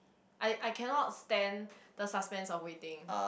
I I cannot stand the suspense of waiting